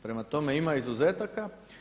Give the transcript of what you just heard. Prema tome, ima izuzetaka.